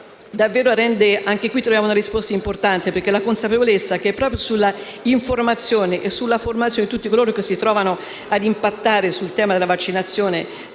anche a questo troviamo una risposta importante. Infatti, la consapevolezza dell'importanza dell'informazione e della formazione di tutti coloro che si trovano ad impattare sul tema della vaccinazione,